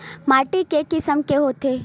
माटी के किसम के होथे?